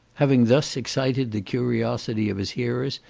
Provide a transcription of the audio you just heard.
having thus excited the curiosity of his hearers,